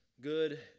good